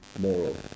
moral